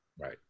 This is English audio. Right